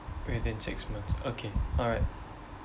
within six months okay alright